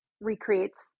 recreates